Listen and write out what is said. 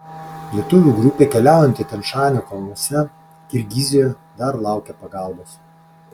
lietuvių grupė keliaujanti tian šanio kalnuose kirgizijoje dar laukia pagalbos